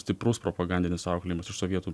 stiprus propagandinis auklėjimas iš sovietų